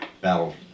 Battle